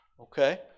Okay